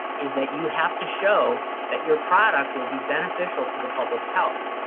is that you have to show that your product will be beneficial to the public's health.